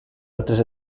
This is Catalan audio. altres